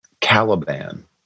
Caliban